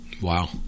Wow